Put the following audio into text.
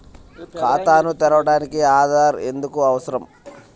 ఖాతాను తెరవడానికి ఆధార్ ఎందుకు అవసరం?